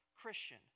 Christian